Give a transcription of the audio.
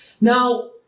Now